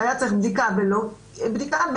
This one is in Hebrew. שהיה צריך בדיקה ולא ביצע בדיקה.